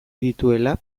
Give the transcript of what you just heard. dituela